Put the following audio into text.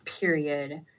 period